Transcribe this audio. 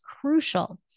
crucial